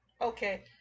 okay